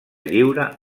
lliure